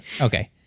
Okay